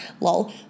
lol